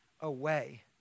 away